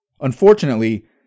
Unfortunately